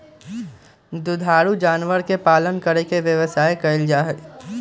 दुधारू जानवर के पालन करके व्यवसाय कइल जाहई